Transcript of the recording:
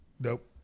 Nope